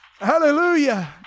Hallelujah